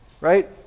right